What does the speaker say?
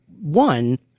one